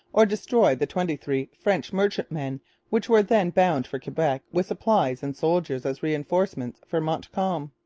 or destroy the twenty-three french merchantmen which were then bound for quebec with supplies and soldiers as reinforcements for montcalm.